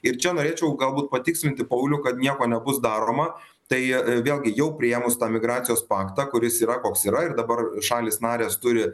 ir čia norėčiau galbūt patikslinti paulių kad nieko nebus daroma tai vėlgi jau priėmus tą migracijos paktą kuris yra koks yra ir dabar šalys narės turi